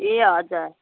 ए हजुर